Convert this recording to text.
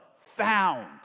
found